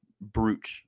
brute